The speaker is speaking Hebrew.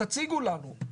תציגו לנו,